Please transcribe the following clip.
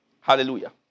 Hallelujah